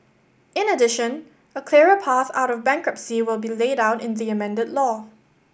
in addition a clearer path out of bankruptcy will be laid out in the amended law